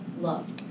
love